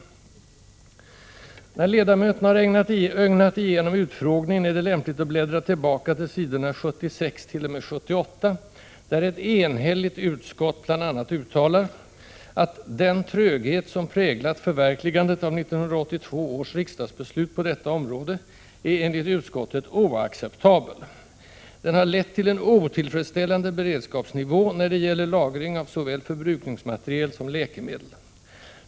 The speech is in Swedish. När ledamöterna har ögnat igenom utfrågningen är det lämpligt att bläddra tillbaka till s. 76 t.o.m. 78, där ett enhälligt utskott bl.a. uttalar: ”Den tröghet som präglat förverkligandet av 1982 års riksdagsbeslut på detta område är dock enligt utskottet oacceptabel. Den har lett till en otillfredsställande beredskapsnivå när det gäller lagring av såväl förbrukningsmateriel som läkemedel.